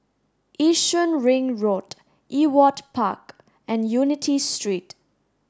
Yishun Ring Road Ewart Park and Unity Street